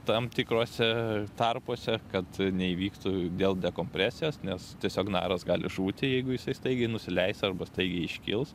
tam tikruose tarpuose kad neįvyktų dėl dekompresijos nes tiesiog naras gali žūti jeigu jisai staigiai nusileis arba staigiai iškils